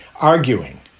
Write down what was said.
arguing